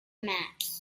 mats